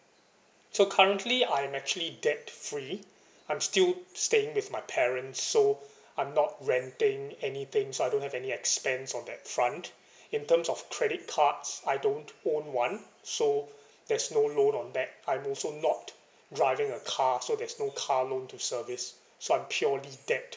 so currently I'm actually debt free I'm still staying with my parents so I'm not renting anything so I don't have any expense on that front in terms of credit cards I don't own one so there's no loan on that I'm also not driving a car so there's no car loan to service so I'm purely debt